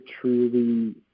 truly